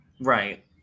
Right